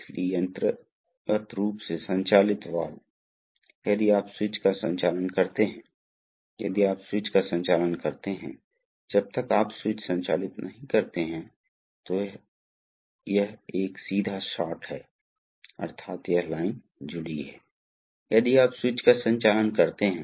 इसलिए इस कोण के कारण द्रव को यहाँ खींचा जा रहा है और फिर इसे इस आउटलेट में पहुंचाया जा रहा है इसलिए यह इसे एक स्वैश प्लेट कहा जाता है और यह इस आउटलेट पर दबाव युक्त द्रव को वितरित करता है दूसरी ओर यदि आप दबाव डालते हैं यहां तरल पदार्थ इस आउटलेट के माध्यम से बाहर आ जाएगा और यह स्वैश प्लेट वास्तव में इस दिशा में घूमेगी यह मोटर का कार्य है